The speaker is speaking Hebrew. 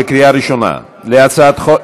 בקריאה ראשונה על הצעת חוק